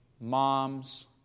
mom's